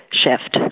shift